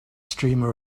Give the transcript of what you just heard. streamer